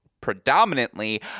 predominantly